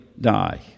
die